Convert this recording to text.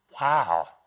wow